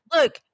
Look